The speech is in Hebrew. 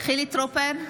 חילי טרופר,